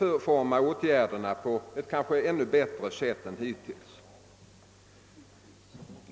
utforma åtgärderna på ett ännu bättre sätt än hittills.